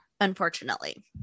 Unfortunately